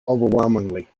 overwhelmingly